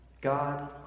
God